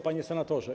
Panie Senatorze!